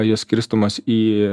jos skirstomas į